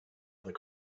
other